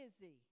busy